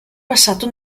passato